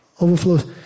Overflows